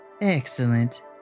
Excellent